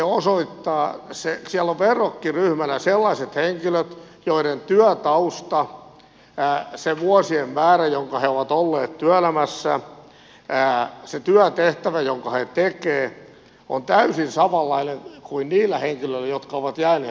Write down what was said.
siellä on verrokkiryhmänä sellaiset henkilöt joilla työtausta se vuosien määrä jonka he ovat olleet työelämässä se työtehtävä jota he tekevät on täysin samanlainen kuin niillä henkilöillä jotka ovat jääneet vuorotteluvapaalle